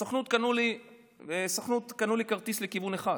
הסוכנות קנו לי כרטיס לכיוון אחד.